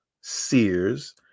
Sears